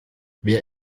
wer